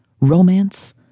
romance